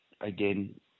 again